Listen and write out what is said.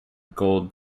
gold